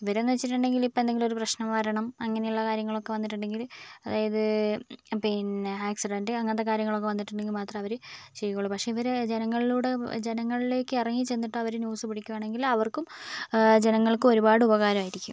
ഇവർ എന്ന് വെച്ചിട്ടുണ്ടെങ്കിൽ ഇപ്പോൾ എന്തെങ്കിലും ഒരു പ്രശ്നം വരണം ആങ്ങനെയുള്ള കാര്യങ്ങളൊക്കെ വന്നിട്ടുണ്ടെങ്കിൽ അതായത് പിന്നെ ആക്സിഡന്റ് അങ്ങനത്തെ കാര്യങ്ങളൊക്കെ വന്നിട്ടുണ്ടെങ്കിൽ മാത്രമേ അവർ ചെയ്യുള്ളൂ പക്ഷേ ഇവർ ജനങ്ങളിലൂടെ ജനങ്ങളിലേക്ക് ഇറങ്ങിച്ചെന്നിട്ട് അവർ ന്യൂസ് പിടിക്കുവാണെങ്കിൽ അവർക്കും ജനങ്ങൾക്കും ഒരുപാട് ഉപകാരമായിരിക്കും